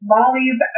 Molly's